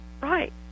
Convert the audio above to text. Right